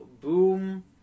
boom